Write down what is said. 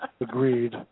Agreed